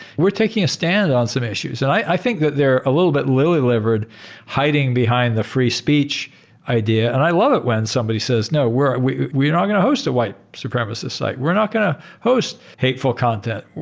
we're taking a stand on some issues. and i think that they're a little bit lily-livered hiding behind the free speech idea, and i love it when somebody says, no. we're we're not going to host a white supremacist site. we're not going to host hateful content.